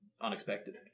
unexpected